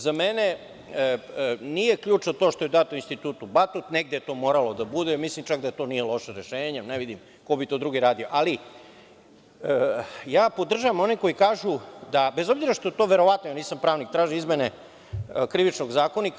Za mene nije ključno to što je dato Institutu „Batut“, negde je to moralo da bude, čak mislim da to nije loše rešenje, jer ne vidim ko bi to drugi radio, ali podržavam one koji kažu da, bez obzira što je to verovatno, nisam pravnik, traže izmene Krivičnog zakonika.